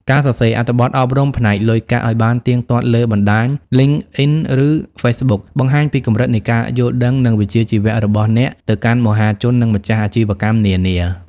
ការសរសេរអត្ថបទអប់រំផ្នែកលុយកាក់ឱ្យបានទៀងទាត់លើបណ្ដាញ LinkedIn ឬ Facebook បង្ហាញពីកម្រិតនៃការយល់ដឹង និងវិជ្ជាជីវៈរបស់អ្នកទៅកាន់មហាជន និងម្ចាស់អាជីវកម្មនានា។